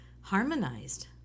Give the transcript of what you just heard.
Harmonized